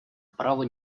права